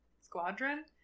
squadron